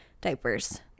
diapers